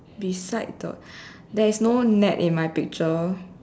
beside the there is no net in my picture